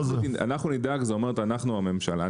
אנחנו נדאג זה אומר אנחנו הממשלה,